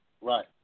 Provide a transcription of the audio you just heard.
Right